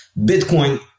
Bitcoin